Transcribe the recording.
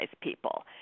people